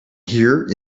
here